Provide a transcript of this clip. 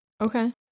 Okay